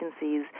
agencies